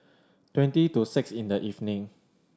twenty to six in the evening